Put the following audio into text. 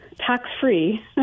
tax-free